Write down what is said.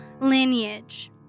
lineage